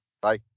Bye